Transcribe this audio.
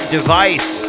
Device